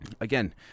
Again